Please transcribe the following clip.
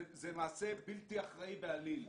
זה מעשה בלתי אחראי בעליל.